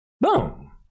Boom